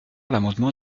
l’amendement